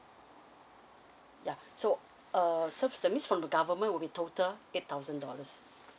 ya so uh so s~ that means from the government will be total eight thousand dollars